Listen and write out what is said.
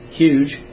huge